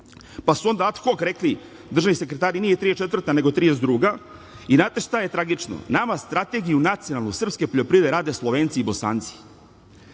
pa su onda ad hok rekli državni sekretari da nije 2034. nego 2032. i znate šta je tragično – nama strategiju nacionalnu srpske poljoprivrede rade Slovenci i Bosanci.